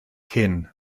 cyn